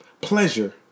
pleasure